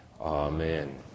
Amen